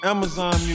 Amazon